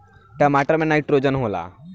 टमाटर मे नाइट्रोजन होला?